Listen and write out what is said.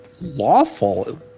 lawful